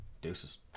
deuces